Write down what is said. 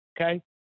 Okay